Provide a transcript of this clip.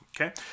Okay